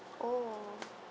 oh